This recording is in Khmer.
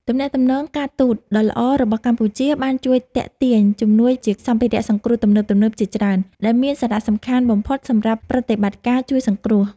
ទំនាក់ទំនងការទូតដ៏ល្អរបស់កម្ពុជា បានជួយទាក់ទាញជំនួយជាសម្ភារៈសង្គ្រោះទំនើបៗជាច្រើន ដែលមានសារៈសំខាន់បំផុតសម្រាប់ប្រតិបត្តិការជួយសង្គ្រោះ។